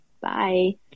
Bye